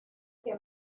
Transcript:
que